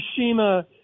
Fukushima